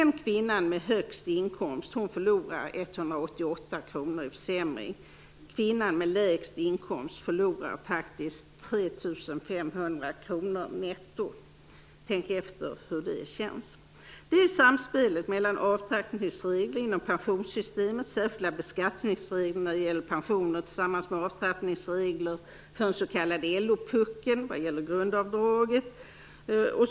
Kvinnan med högst inkomst förlorar 188 kr, medan kvinnan med lägst inkomst faktiskt förlorar 3 500 kr netto. Tänk efter hur det känns! Det är samspelet mellan avtrappningsregler inom pensionssystemet, särskilda beskattningsregler när det gäller pensioner tillsammans med avtrappningsregler för den så kallade LO-puckeln vad gäller grundavdraget som gör detta.